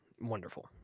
Wonderful